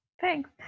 thanks